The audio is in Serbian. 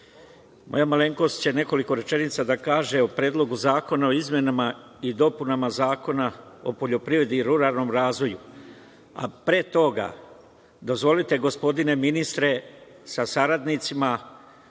moja malenkost će nekoliko rečenica da kaže o Predlogu zakona o izmenama i dopunama Zakona o poljoprivredi i ruralnom razvoju. Pre toga, dozvolite, gospodine ministre sa saradnicima,